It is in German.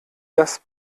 das